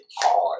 hard